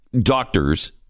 doctors